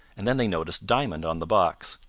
and then they noticed diamond on the box.